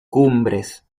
cumbres